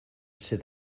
sydd